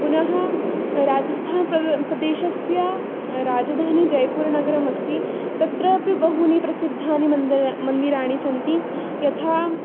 पुनः राजस्थानप्रद् प्रदेशस्य राजधानी जयपुरनगरमस्ति तत्र अपि बहूनि प्रसिद्धानि मन्दिरा मन्दिराणि सन्ति यथा